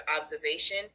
observation